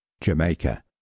Jamaica